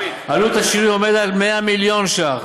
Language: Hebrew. עלות השינוי עומדת על כ-100 מיליון ש"ח.